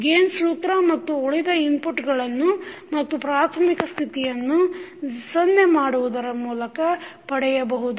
gain ಸೂತ್ರ ಮತ್ತು ಉಳಿದ ಇನ್ಪುಟ್ ಗಳನ್ನು ಮತ್ತು ಪ್ರಾಥಮಿಕ ಸ್ಥಿತಿಯನ್ನು 0 ಮಾಡುವುದರ ಮೂಲಕ ಪಡೆಯಬಹುದು